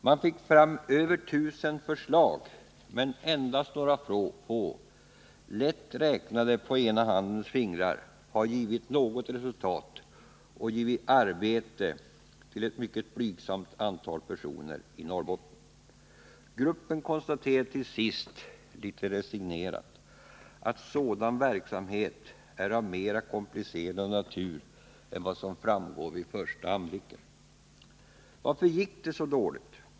Man fick fram över 1000 förslag men endast några få, lätt räknade på ena handens fingrar, har givit något resultat — arbete till ett blygsamt antal personer i Norrbotten. Gruppen konstaterade till sist litet resignerat att sådan verksamhet är av mer komplicerad natur än vad som framgår vid första anblicken. Varför gick det så dåligt?